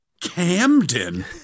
Camden